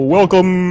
Welcome